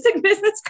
business